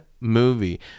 movie